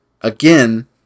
Again